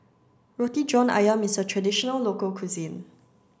Roti John Ayam is a traditional local cuisine